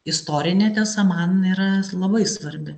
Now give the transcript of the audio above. istorinė tiesa man yra labai svarbi